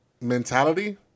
mentality